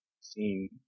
seen